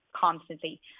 constantly